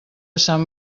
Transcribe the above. sant